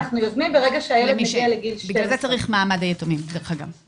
בגלל זה צריך מעמד ליתומים, אגב.